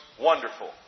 wonderful